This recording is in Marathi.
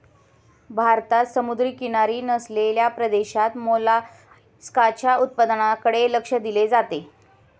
भारतात समुद्रकिनारी नसलेल्या प्रदेशात मोलस्काच्या उत्पादनाकडे लक्ष दिले जाते